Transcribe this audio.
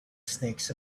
snakes